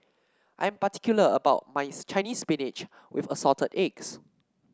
I am particular about my Chinese Spinach with Assorted Eggs